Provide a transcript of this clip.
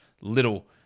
Little